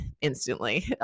instantly